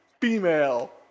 female